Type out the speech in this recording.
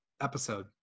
Episode